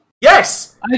Yes